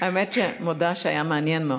האמת, מודה שהיה מעניין מאוד.